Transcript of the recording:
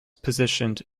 positioned